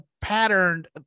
patterned